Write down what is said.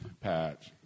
patch